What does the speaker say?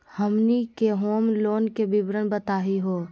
हमनी के home loan के विवरण बताही हो?